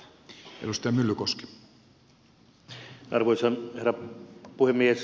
arvoisa herra puhemies